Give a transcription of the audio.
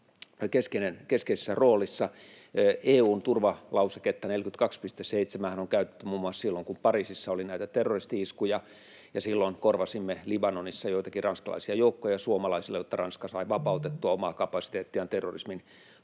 keskeisessä roolissa. EU:n turvalauseketta, 42.7:äähän on käytetty muun muassa silloin, kun Pariisissa oli näitä terroristi-iskuja, ja silloin korvasimme Libanonissa joitakin ranskalaisia joukkoja suomalaisilla, jotta Ranska sai vapautettua omaa kapasiteettiaan terrorismin torjuntaan.